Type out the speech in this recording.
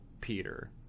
peter